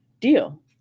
deal